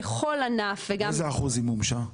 ככול ענף וגם --- באיזה אחוזים מומשה?